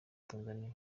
tanzania